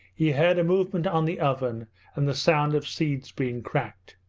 he heard a movement on the oven and the sound of seeds being cracked.